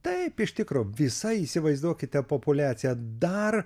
taip iš tikro visa įsivaizduokite populiaciją dar